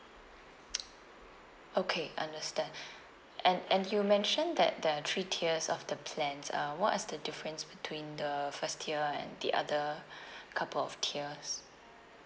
okay understand and and you mention that there are three tiers of the plans um what's the difference between the first tier and the other couple of tiers